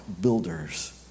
builders